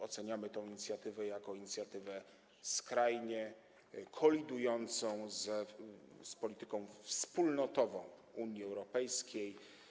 Oceniamy tę inicjatywę jako inicjatywę skrajnie kolidującą z polityką wspólnotową Unii Europejskiej.